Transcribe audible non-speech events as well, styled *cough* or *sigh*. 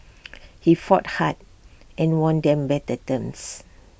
*noise* he fought hard and won them better terms